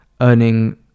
earning